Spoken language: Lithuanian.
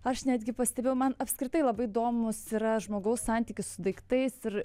aš netgi pastebėjau man apskritai labai įdomus yra žmogaus santykis su daiktais ir